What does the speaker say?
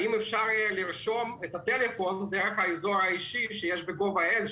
האם אפשר יהיה לרשום את הטלפון דרך האזור האישי שיש ב-gov.il?